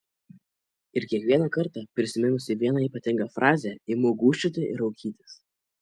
ir kiekvieną kartą prisiminusi vieną ypatingą frazę imu gūžčioti ir raukytis